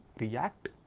react